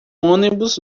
ônibus